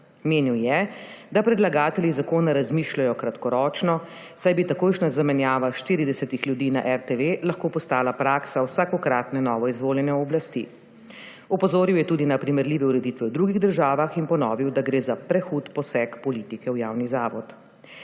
Menil je, da predlagatelji zakona razmišljajo kratkoročno, saj bi takojšnja zamenjava 40 ljudi na RTV lahko postala praksa vsakokratne novo izvoljene oblasti. Opozoril je tudi na primerljive ureditve v drugih državah in ponovil, da gre za prehud poseg politike v javni zavod.